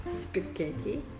Spaghetti